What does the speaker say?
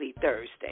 Thursday